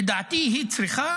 לדעתי היא צריכה